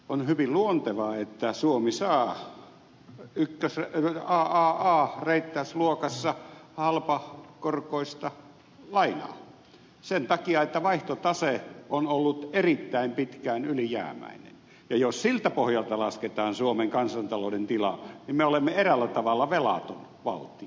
on hyvin luontevaa että suomi saa aaa reittausluokassa halpakorkoista lainaa sen takia että vaihtotase on ollut erittäin pitkään ylijäämäinen ja jos siltä pohjalta lasketaan suomen kansantalouden tila niin me olemme eräällä tavalla velaton valtio